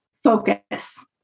focus